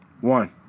One